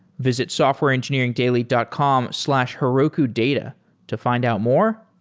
visit softwareengineeringdaily dot com slash herokudata to find out more,